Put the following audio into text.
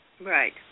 Right